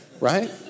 Right